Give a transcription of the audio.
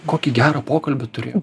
kokį gerą pokalbį